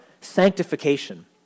sanctification